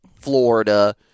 Florida